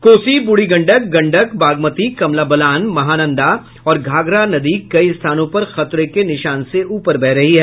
कोसी बूढ़ी गंडक गंडक बागमती कमला बलान महानंदा और घाघरा नदी कई स्थानों पर खतरे के निशान से ऊपर बह रही है